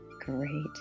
Great